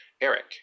Eric